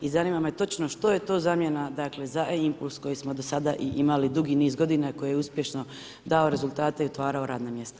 I zanima me točno što je to zamjena, dakle za e-impuls koji smo do sada i imali dugi niz godina koji je uspješno dao rezultate i otvarao radna mjesta.